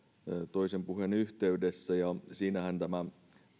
toisen puheen yhteydessä ja siinähän tämän